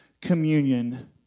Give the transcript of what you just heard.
communion